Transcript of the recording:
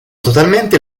totalmente